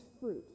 fruit